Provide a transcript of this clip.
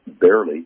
barely